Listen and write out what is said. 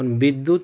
এখন বিদ্যুৎ